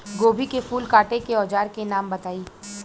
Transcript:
गोभी के फूल काटे के औज़ार के नाम बताई?